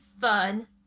fun